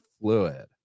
fluid